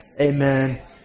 Amen